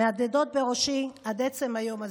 מהדהדות בראשי עד עצם היום הזה.